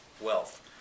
wealth